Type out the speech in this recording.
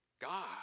God